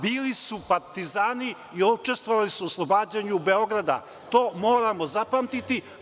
Bili su partizani i oni su učestvovali u oslobađanju Beograda, to moramo zapamtiti.